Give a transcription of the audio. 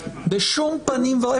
בשום פנים ואופן.